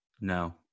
No